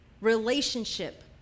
relationship